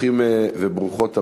ברוכים וברוכות הבאות.